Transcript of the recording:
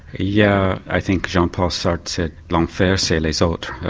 yeah i think jean paul sartre said l'enfer c'est les sort of